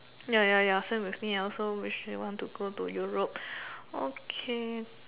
ya ya ya same as me I also wish want to go to Europe okay